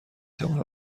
توانم